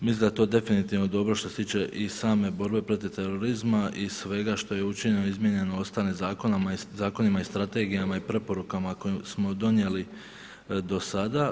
Mislim da je to definitivno dobro što se tiče i same borbe protiv terorizma i svega što je učinjeno i izmijenjeno u ostalim zakonima i strategijama i preporukama koje smo donijeli do sada.